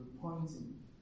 pointing